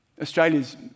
Australia's